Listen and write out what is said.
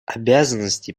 обязанности